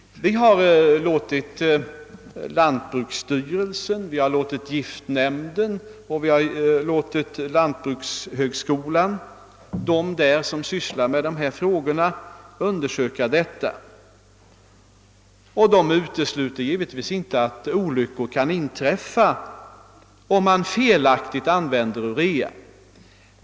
Vi har låtit lantbruksstyrelsen, vi har låtit giftnämnden och vi har låtit dem som vid lantbrukshögskolan sysslar med dessa frågor undersöka saken. De utesluter givetvis inte att olyckor kan inträffa, om man felaktigt använder urea.